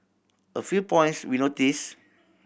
a few points we noticed